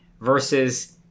versus